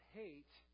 hate